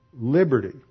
liberty